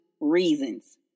reasons